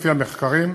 לפי המחקרים,